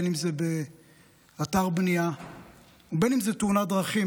אם זה באתר בנייה ואם זה בתאונת דרכים,